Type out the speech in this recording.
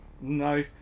No